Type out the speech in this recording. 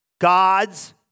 God's